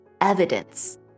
evidence